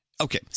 Okay